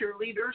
cheerleaders